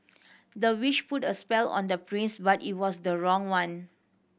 the witch put a spell on the prince but it was the wrong one